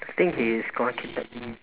I think he is gone